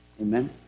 Amen